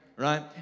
right